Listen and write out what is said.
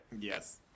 yes